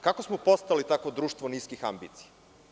Kako smo postali tako društvo niskih ambicija?